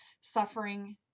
suffering